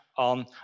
on